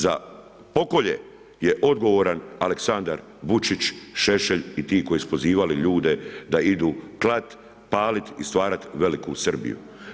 Za pokolje je odgovoran Aleksandar Vučić, Šešelj i ti koji su pozivali ljude da idu klat, palit i stvarat veliku Srbiju.